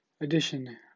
edition